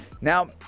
Now